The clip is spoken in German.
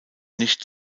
nicht